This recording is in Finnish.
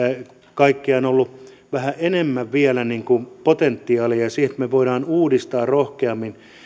kaikkiaan ollut vähän enemmän vielä potentiaalia siihen että me voimme uudistaa rohkeammin